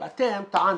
אבל אתם טענתם,